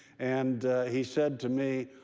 and he said to me,